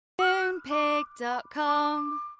Moonpig.com